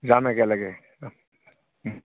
যাম একেলগে